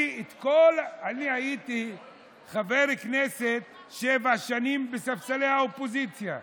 אני הייתי חבר כנסת שבע שנים בספסלי האופוזיציה.